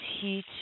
heat